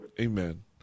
Amen